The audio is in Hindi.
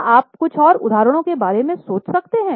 क्या आप कुछ और उदाहरणों के बारे में सोच सकते हैं